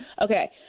Okay